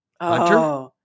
Hunter